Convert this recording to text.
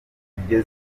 ibyo